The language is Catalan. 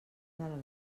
del